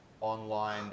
online